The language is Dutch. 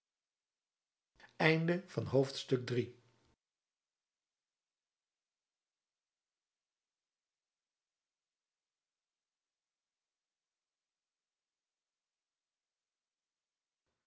einde van het